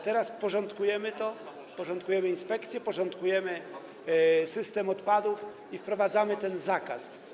Teraz porządkujemy to, porządkujemy inspekcję, porządkujemy system odpadów i wprowadzamy ten zakaz.